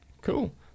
cool